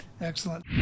Excellent